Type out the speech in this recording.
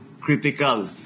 critical